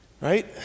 right